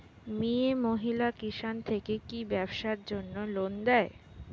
মিয়ে মহিলা কিষান থেকে কি ব্যবসার জন্য ঋন দেয়?